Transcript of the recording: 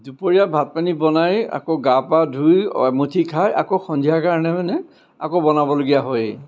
দুপৰীয়া ভাত পানী বনাই আকৌ গা পা ধুই এমুঠি খাই আকৌ সন্ধিয়াৰ কাৰণে মানে আকৌ বনাবলগীয়া হয়ে